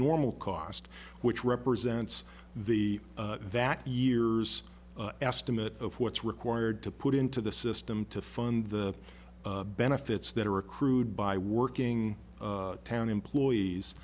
normal cost which represents the that years estimate of what's required to put into the system to fund the benefits that are accrued by working town employees